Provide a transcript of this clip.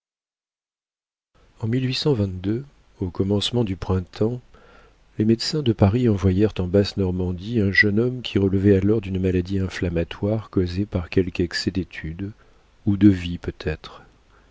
en au commencement du printemps les médecins de paris envoyèrent en basse normandie un jeune homme qui relevait alors d'une maladie inflammatoire causée par quelque excès d'étude ou de vie peut-être